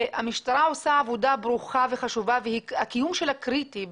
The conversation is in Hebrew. והמשטרה עושה עבודה ברוכה וחשובה והקיום שלה קריטי,